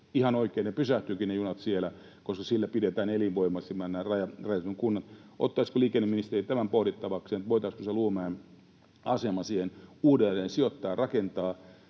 Ihan oikein, että ne junat pysähtyvätkin siellä, koska sillä pidetään elinvoimaisina nämä rajaseudun kunnat. Ottaisiko liikenneministeri tämän pohdittavakseen, voitaisiinko se Luumäen asema siihen uudelleen sijoittaa ja rakentaa?